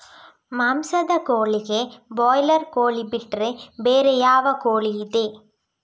ಮಾಂಸದ ಕೋಳಿಗೆ ಬ್ರಾಲರ್ ಕೋಳಿ ಬಿಟ್ರೆ ಬೇರೆ ಯಾವ ಕೋಳಿಯಿದೆ?